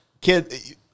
Kid